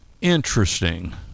interesting